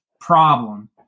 problem